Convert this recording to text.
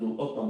עוד פעם,